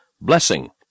blessing